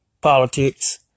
politics